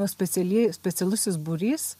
speciali specialusis būrys